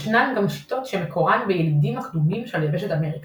ישנן גם שיטות שמקורן בילידים הקדומים של יבשת אמריקה,